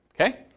Okay